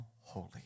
holy